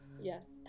Yes